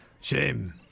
Shame